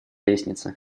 лестнице